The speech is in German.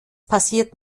passiert